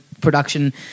production